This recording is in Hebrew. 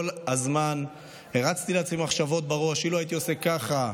כל הזמן הרצתי לעצמי מחשבות בראש: אילו הייתי עושה ככה,